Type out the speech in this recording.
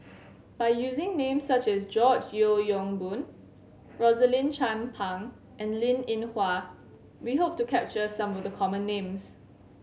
by using names such as George Yeo Yong Boon Rosaline Chan Pang and Linn In Hua we hope to capture some of the common names